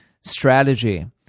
strategy